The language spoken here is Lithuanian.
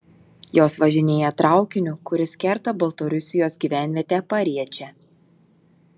jos važinėja traukiniu kuris kerta baltarusijos gyvenvietę pariečę